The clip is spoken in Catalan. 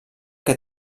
que